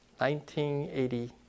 1980